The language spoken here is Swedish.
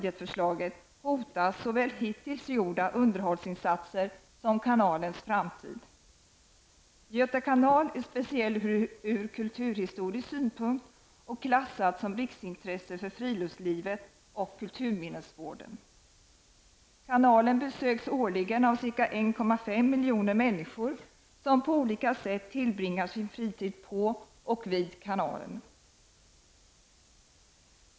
Göta kanal är speciell ur kulturhistorisk synpunkt och klassat som riksintresse både för friluftslivet och kulturminnesvården. Kanalen besöks årligen av ca 1,5 miljoner människor som på olika sätt tillbringar sin fritid på och vid kanalen.